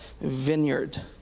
vineyard